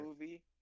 movie